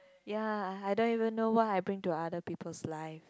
ya I don't even know what I bring to other people's life